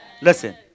Listen